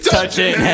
Touching